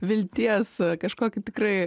vilties kažkokį tikrai